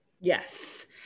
Yes